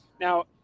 Now